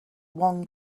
one